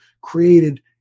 created